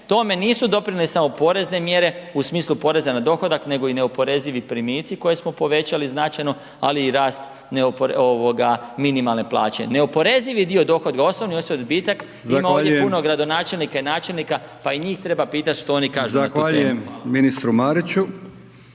tome nisu doprinijele samo porezne mjere u smislu poreza na dohodak nego i neoporezivi primici koje smo povećali značajno, ali i rast minimalne plaće. Neoporezivi dio dohotka, osobni odbitak ima ovdje …/Upadica: Zahvaljujem./… puno gradonačelnika i načelnika pa i njih treba pitat što oni kažu na tu temu. **Brkić, Milijan